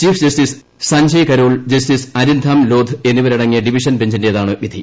chief justice Sanjay Karol justice Arindam Lodh എന്നിവരടങ്ങിയ divisional ബെഞ്ചിന്റേതാണ് വിധി